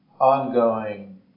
ongoing